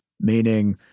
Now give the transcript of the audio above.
meaning